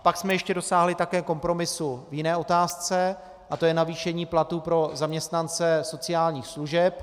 Pak jsme ještě dosáhli také kompromisu v jiné otázce a to je navýšení platů pro zaměstnance sociálních služeb.